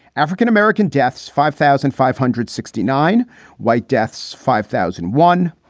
african-american deaths, five thousand five hundred sixty nine white deaths, five thousand one.